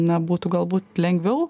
na būtų galbūt lengviau